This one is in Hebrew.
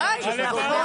הלוואי.